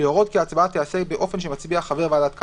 להורות כי ההצבעה תיעשה באופן שמצביע חבר ועדת קלפי,